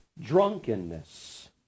drunkenness